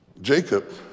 Jacob